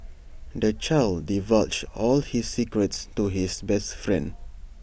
the child divulged all his secrets to his best friend